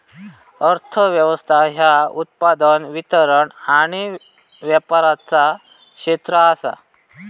अर्थ व्यवस्था ह्या उत्पादन, वितरण आणि व्यापाराचा क्षेत्र आसा